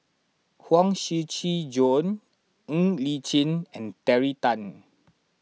Huang Shiqi Joan Ng Li Chin and Terry Tan